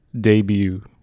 debut